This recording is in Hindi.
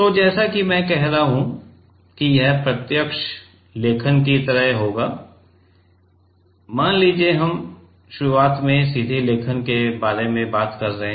तो जैसा कि मैं कह रहा हूं कि यह प्रत्यक्ष लेखन की तरह होगा मान लीजिए कि हम शुरुआत में सीधे लेखन के बारे में बात कर रहे हैं